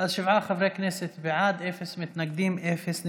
אז שבעה חברי כנסת בעד, אפס מתנגדים, אפס נמנעים.